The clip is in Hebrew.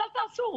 אז תעשו,